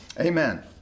Amen